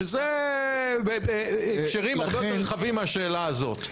שזה בהקשרים הרבה יותר רחבים מהשאלה הזאת.